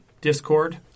Discord